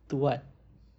to what